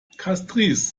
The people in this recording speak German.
castries